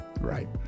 Right